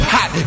Hot